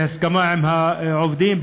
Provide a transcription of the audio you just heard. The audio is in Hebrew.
בהסכמה עם העובדים,